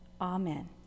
Amen